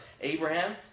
Abraham